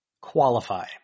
Qualify